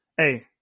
hey